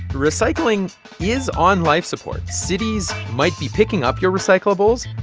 recycling is on life support. cities might be picking up your recyclables,